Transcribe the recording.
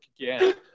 again